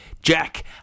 jack